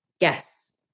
Yes